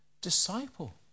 disciple